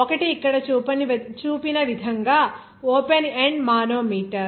ఒకటి ఇక్కడ చూపిన విధంగా ఓపెన్ ఎండ్ మానోమీటర్